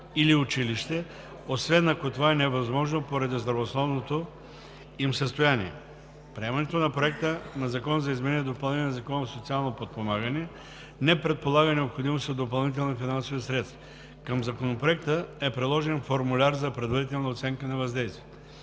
или училище, освен ако това е невъзможно поради здравословното им състояние. Приемането на Проекта на закон за изменение и допълнение на Закона за социалното подпомагане не предполага необходимост от допълнителни финансови средства. Към Законопроекта е приложен формуляр за предварителна оценка на въздействието.